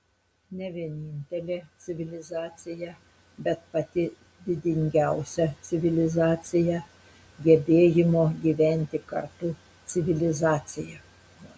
ne vienintelė civilizacija bet pati didingiausia civilizacija gebėjimo gyventi kartu civilizacija